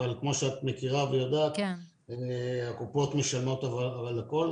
אבל כמו שאת מכירה ויודעת הקופות משלמות על הכל,